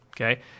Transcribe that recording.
okay